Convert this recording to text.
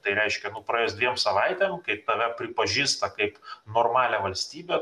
tai reiškia praėjus dviem savaitėm tave pripažįsta kaip normalią valstybę